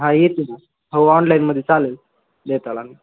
हां येते ना हो ऑनलाईनमध्ये चालेल देताल आम्ही